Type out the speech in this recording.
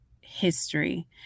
history